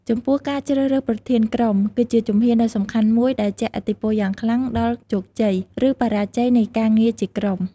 ចំពោះការជ្រើសរើសប្រធានក្រុម គឺជាជំហានដ៏សំខាន់មួយដែលជះឥទ្ធិពលយ៉ាងខ្លាំងដល់ជោគជ័យ ឬបរាជ័យនៃការងារជាក្រុម។